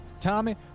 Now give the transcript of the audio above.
Tommy